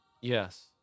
Yes